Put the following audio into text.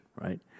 right